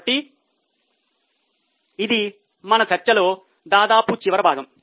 కాబట్టి ఇది మన చర్చలో దాదాపు చివరి భాగం